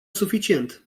suficient